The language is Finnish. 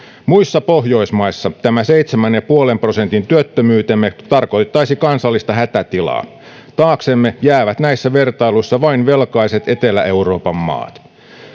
muissa pohjoismaissa tämä seitsemän ja puolen prosentin työttömyytemme tarkoittaisi kansallista hätätilaa taaksemme jäävät näissä vertailuissa vain velkaiset etelä euroopan maat